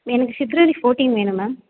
எனக்கு ஃபிப்ரவரி ஃபோர்ட்டின் வேணும் மேம்